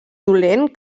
dolent